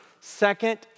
second